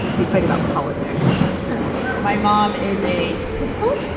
they fight about politics my mom is a pistol.